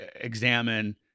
examine